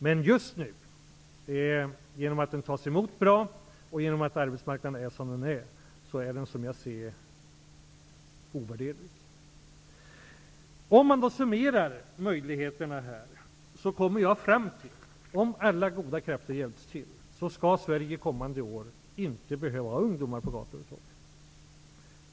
Med tanke på att den tas emot så bra och att arbetsmarknaden är som den är tycker jag att den just nu är ovärderlig. När jag summerar möjligheterna kommer jag fram till att Sverige, om alla goda krafter hjälper till, kommande år skall behöva ha ungdomar på gator och torg.